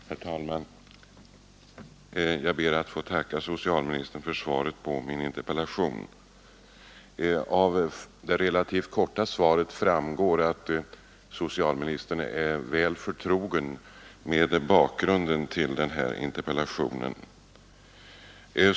Herr talman! Jag ber att få tacka herr socialministern för svaret på min interpellation. Av det relativt korta svaret framgår att socialministern är väl förtrogen med bakgrunden till interpellationen.